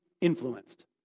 influenced